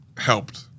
helped